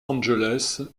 angeles